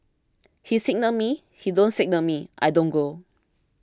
he signal me he don't signal me I don't go